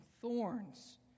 thorns